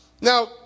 Now